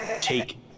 take